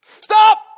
Stop